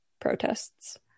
protests